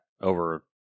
over